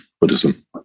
buddhism